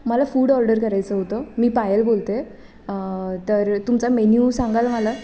मला food order करायचं होतं मी पायल बोलते तर तुमचा मेन्यू सांगाल मला